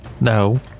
No